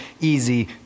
easy